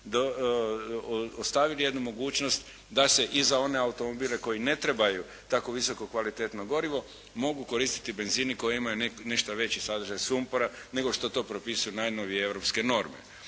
ostavili jednu mogućnost da se i za one automobile koji ne trebaju tako visoko kvalitetno gorivo mogu koristiti benzini koji imaju nešto veći sadržaj sumpora nego što to propisuju najnovije europske norme.